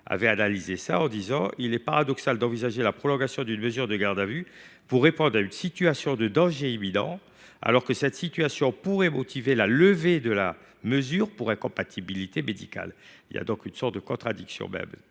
la magistrature, « il est paradoxal d’envisager la prolongation d’une mesure de garde à vue pour répondre à une situation de danger imminent, alors que cette situation pourrait motiver la levée de la mesure pour incompatibilité médicale ». Il y a là une contradiction !